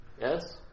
Yes